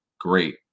great